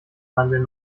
mandeln